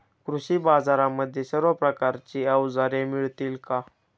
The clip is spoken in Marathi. कृषी बाजारांमध्ये सर्व प्रकारची अवजारे मिळतील का?